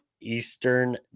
Eastern